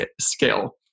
scale